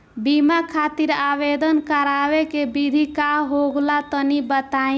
बीमा खातिर आवेदन करावे के विधि का होला तनि बताईं?